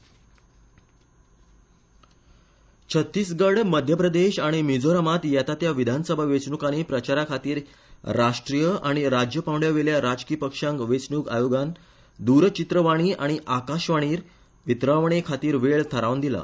इसी ब्रोडकास्ट छत्तीसगढ मध्यप्रदेश आनी मीझोरामांत येतात्या विधानसभा वेचणुकानी प्रचाराखातीर राष्ट्रीय आनी राज्य पांवड्यावेल्या राजकी पक्षांक वेचणुक आयोगान द्रचित्रवाणी आनी आकाशवाणीर वितरावणे खातीर वेळ थारावन दिला